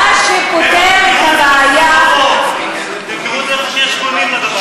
מה שפותר את הבעיה, אתם תראו, מה קורה?